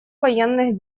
военных